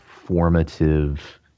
formative